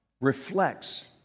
reflects